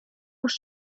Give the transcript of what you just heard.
will